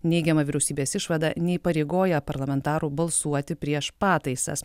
neigiama vyriausybės išvada neįpareigoja parlamentarų balsuoti prieš pataisas